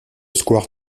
square